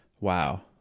wow